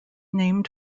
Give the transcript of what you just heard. named